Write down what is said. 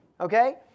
Okay